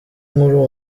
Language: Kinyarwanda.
nkuru